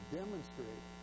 demonstrate